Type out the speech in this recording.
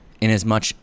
inasmuch